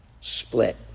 split